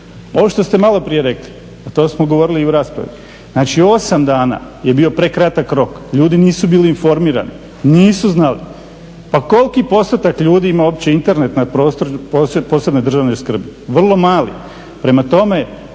Ono što ste malo prije rekli, a to smo govorili i u raspravi. Znači, 8 dana je bio prekratak rok, ljudi nisu bili informirani, nisu znali. Pa koliko postotak ljudi ima uopće Internet na prostoru posebne državne skrbi? Vrlo mali. Prema tome,